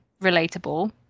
relatable